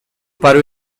para